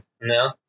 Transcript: No